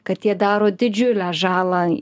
kad jie daro didžiulę žalą